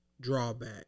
drawback